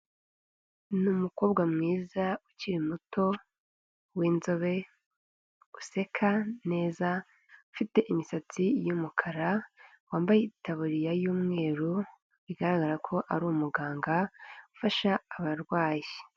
Ni umukobwa mwiza ukiri muto w'inzobe, useka neza, ufite imisatsi y'umukara, wambaye itaburiya y'umweru, bigaragara ko ari umuganga ufasha abarwayi.